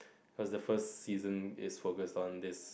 what's the first season is focused on this